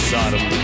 Sodom